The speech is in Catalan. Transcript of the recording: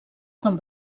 quan